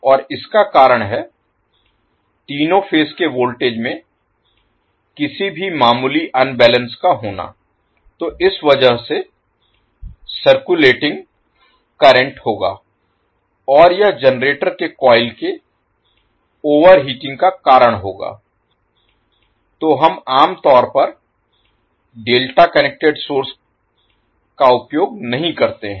और इसका कारण है तीनों फेज के वोल्टेज में किसी भी मामूली अनबैलेंस का होना तो इस वजह से सर्क्युलेटिंग करंट होगा और यह जनरेटर के कॉइल के ओवरहीटिंग का कारण होगा तो हम आम तौर पर डेल्टा कनेक्टेड सोर्स का उपयोग नहीं करते हैं